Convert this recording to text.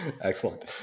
Excellent